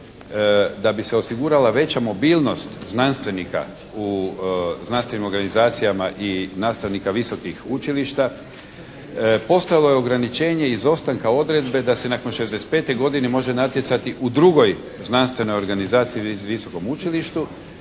da bi se osigurala veća mobilnost znanstvenika u znanstvenim organizacijama i nastavnika visokih učilišta postojalo je ograničenje izostanka odredbe da se nakon 65 godine može natjecati u drugoj znanstvenoj organizaciji ili visokom učilištu.